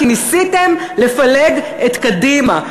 כי ניסיתם לפלג את קדימה.